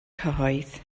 cyhoedd